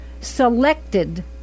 selected